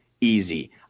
easy